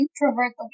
Introvert